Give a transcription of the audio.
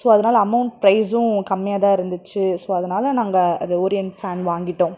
so அதனால் amount ப்ரைஸும் கம்மியாகதான் இருந்துச்சு ஸோ அதனால் நாங்கள் அந்த ஓரியன்ட் ஃபேன் வாங்கிட்டோம்